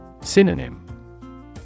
Synonym